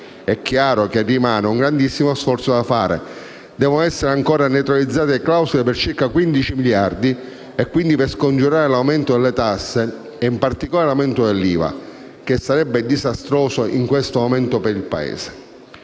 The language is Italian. È chiaro che rimane un grandissimo sforzo da fare: devono essere ancora neutralizzate clausole per circa 15 miliardi per scongiurare l'aumento delle tasse e, in particolare, l'aumento dell'IVA, che sarebbe disastroso in questo momento per il Paese.